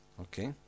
Okay